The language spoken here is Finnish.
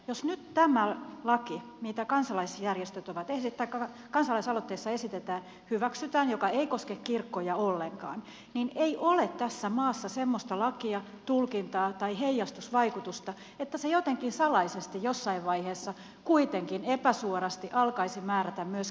jos nyt tämä laki mitä kansalaisaloitteessa esitetään joka ei koske kirkkoja ollenkaan hyväksytään niin ei ole tässä maassa semmoista lakia tulkintaa tai heijastusvaikutusta että se jotenkin salaisesti jossain vaiheessa kuitenkin epäsuorasti alkaisi määrätä myös kirkon toimintaa